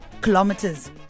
kilometers